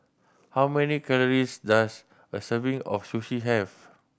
how many calories does a serving of Sushi have